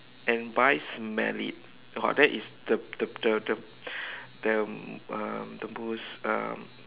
and by smell it !wah! that is the the the the the um the most um